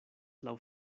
laŭ